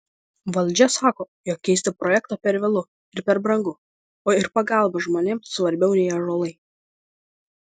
valdžia sako jog keisti projektą per vėlu ir per brangu o ir pagalba žmonėms svarbiau nei ąžuolai